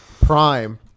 prime